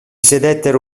sedettero